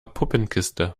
puppenkiste